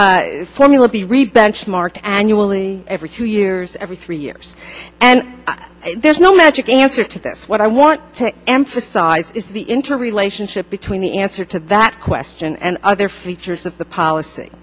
the formula be re benchmark annually every two years every three years and there's no magic answer to this what i want to emphasize is the interrelationship between the answer to that question and other features of the policy